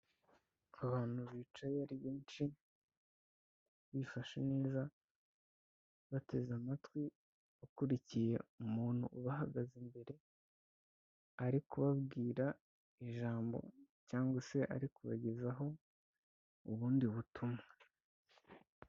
Abantu bicaye ari benshi, bifashe neza bateze amatwi, bakurikiye umuntu ubahagaze imbere ari kubabwira ijambo cyangwa se ari kubagezaho ubundi butumwa.